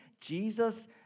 Jesus